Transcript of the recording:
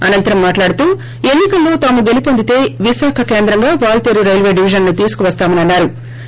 అనంతరం మాట్లాడుతూ ఎన్ని కల్లో తాము గెలిపొందితే విశాఖ కేంద్రంగా వాల్తేరు రైల్వే డివిజన్ ను తీసుకువస్తామని అన్పా రు